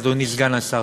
אדוני סגן השר,